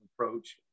approach